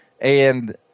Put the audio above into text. And-